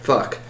Fuck